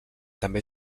també